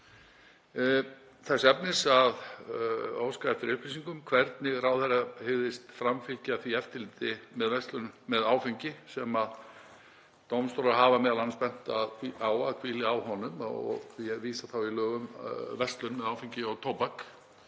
þess efnis að ég óskaði eftir upplýsingum um hvernig ráðherra hygðist framfylgja eftirliti með áfengi sem dómstólar hafa m.a. bent á að hvíli á honum. Ég vísa þá í lög um verslun með áfengi og tóbak,